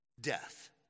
death